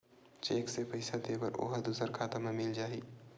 Cheque से पईसा दे बर ओहा दुसर खाता म मिल जाही?